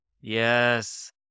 Yes